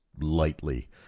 lightly